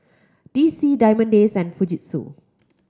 D C Diamond Days and Fujitsu